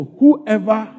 whoever